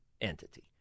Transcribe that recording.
entity